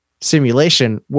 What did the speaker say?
Simulation